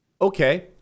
Okay